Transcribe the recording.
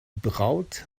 braut